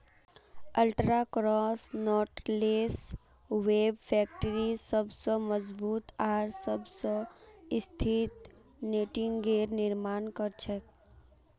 ultra cross knotless web factory सबस मजबूत आर सबस स्थिर नेटिंगेर निर्माण कर छेक